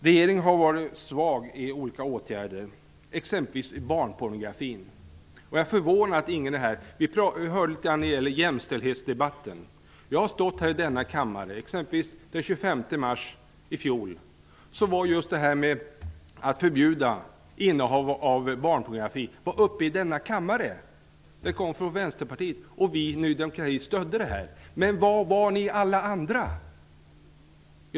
Regeringen har varit svag när det gällt att vidta åtgärder mot exempelvis barnpornografin. Jag är förvånad över att ingen är här för att diskutera det. Det var litet diskussion om det i jämställdhetsdebatten. Den 25 mars i fjol var just ett förslag om att förbjuda innehav av barnpornografi uppe i denna kammare -- det kom från Vänsterpartiet och vi i Ny demokrati stödde det. Men var var alla ni andra?